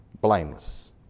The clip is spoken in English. blameless